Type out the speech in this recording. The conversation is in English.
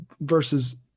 versus